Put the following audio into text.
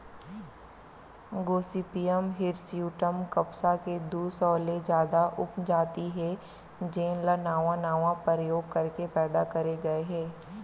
Gossypium hirsutum कपसा के दू सौ ले जादा उपजाति हे जेन ल नावा नावा परयोग करके पैदा करे गए हे